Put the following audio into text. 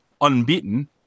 unbeaten